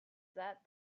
that